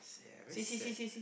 ya very sad